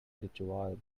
ritual